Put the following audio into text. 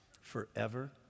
forever